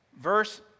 Verse